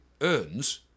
earns